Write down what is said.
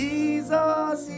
Jesus